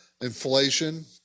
inflation